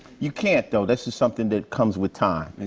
you can't, though. that's just something that comes with time.